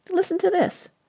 listen to this.